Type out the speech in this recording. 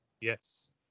Yes